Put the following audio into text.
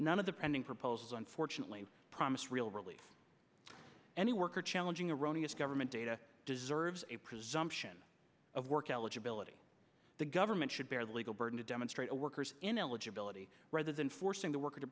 none of the pending proposals unfortunately promise real relief any worker challenging erroneous government data deserves a presumption of work eligibility the government should bear the legal burden to demonstrate a worker's in eligibility rather than forcing the worker to